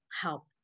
help